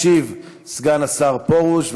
ישיב סגן השר פרוש.